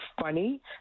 funny